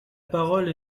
parole